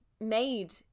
made